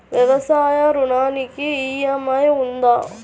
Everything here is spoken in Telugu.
వ్యవసాయ ఋణానికి ఈ.ఎం.ఐ ఉందా?